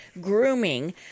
grooming